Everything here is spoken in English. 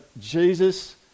Jesus